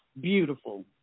beautiful